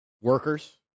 workers